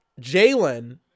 Jalen